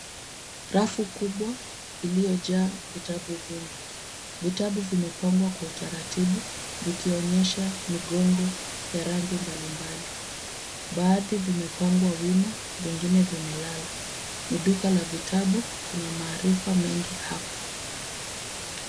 Rafu kubwa iliyo jaa vitabu vingi. Vitabu vimepangwa kwa utaratibu vikionyesha migongo ya rangi mbalimbali. Baadhi vimepangwa wima vingine vimelala. Ni duka la vitabu. Kuna maarifa mengi hapo.